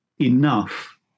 enough